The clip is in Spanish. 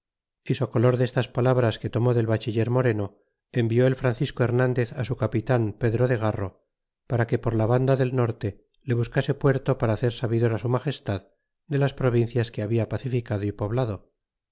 ser adelantado y socolor destas palabras que tomó del bachiller moreno envió el francisco her nandez su capitan pedro de gano para que por la vanda del norte le buscase puerto para hacer sabidor su magestad de las provincias que habia pacificado y poblado